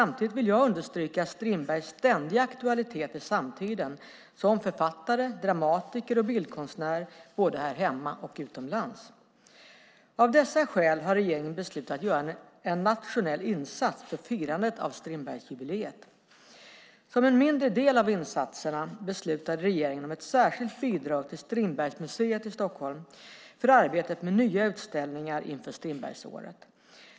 Samtidigt vill jag understryka Strindbergs ständiga aktualitet i samtiden, som författare, dramatiker och bildkonstnär både här hemma och utomlands. Av dessa skäl har regeringen beslutat göra en nationell insats för firandet av Strindbergsjubileet. Som en mindre del av insatserna beslutade regeringen om ett särskilt bidrag till Strindbergsmuseet för arbetet med nya utställningar inför Strindbergsåret.